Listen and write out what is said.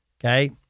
Okay